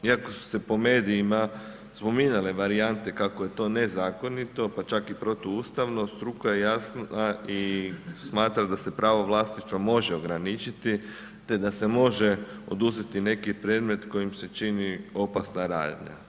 Iako su se po medijima spominjale varijante kako je to nezakonito pa čak i protuustavno struka je jasna i smatra da se pravo vlasništva može ograničiti te da se može oduzeti neki predmet kojim se čini opasna radnja.